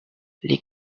les